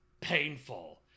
painful